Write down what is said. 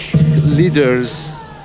leaders